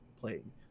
playing